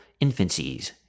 infancies